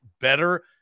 better